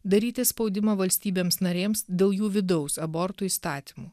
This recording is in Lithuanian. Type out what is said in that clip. daryti spaudimą valstybėms narėms dėl jų vidaus abortų įstatymų